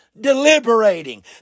deliberating